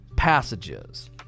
Passages